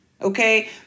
Okay